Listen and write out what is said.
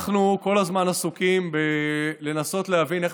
אנחנו כל הזמן עסוקים בלנסות להבין איך